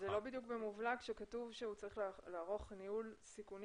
זה לא בדיוק במובלע כשכתוב שהוא צריך לערוך ניהול סיכונים